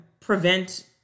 prevent